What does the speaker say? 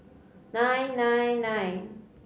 nine nine nine